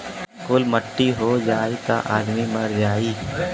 कुल मट्टी हो जाई त आदमी मरिए जाई